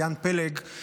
עידן פלג,